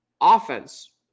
Offense